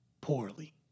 poorly